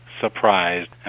Surprised